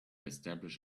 establish